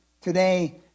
today